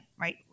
right